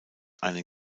einen